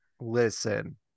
Listen